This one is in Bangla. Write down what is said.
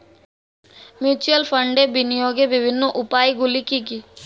মিউচুয়াল ফান্ডে বিনিয়োগের বিভিন্ন উপায়গুলি কি কি?